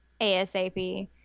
ASAP